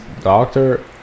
doctor